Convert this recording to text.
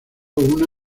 una